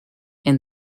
and